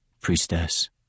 priestess